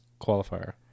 qualifier